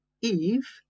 Eve